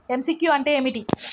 MCQ అంటే ఏమిటి?